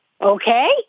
okay